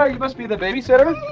ah you must be the babysitter!